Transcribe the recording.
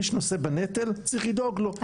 מי שנושא בנטל צריך לדאוג לו,